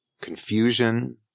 confusion